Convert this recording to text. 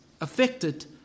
affected